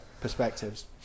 perspectives